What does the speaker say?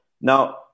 Now